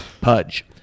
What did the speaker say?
Pudge